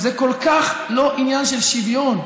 זה כל כך לא עניין של שוויון.